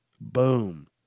Boom